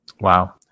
Wow